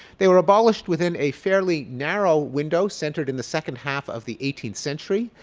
they were abolished within a fairly narrow window centered in the second half of the eighteenth century.